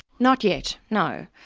not yet, no.